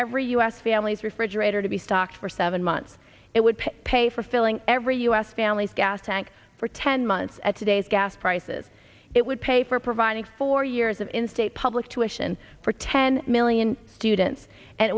every u s family's refrigerator to be stocked for seven months it would pay for filling every u s family's gas tank for ten months at today's gas prices it would pay for providing four years of in state public to ition for ten million students and